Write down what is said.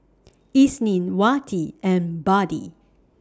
Isnin Wati and Budi